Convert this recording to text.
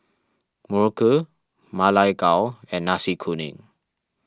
Muruku Ma Lai Gao and Nasi Kuning